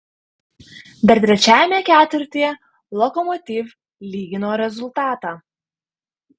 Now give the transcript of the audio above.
dar trečiajame ketvirtyje lokomotiv lygino rezultatą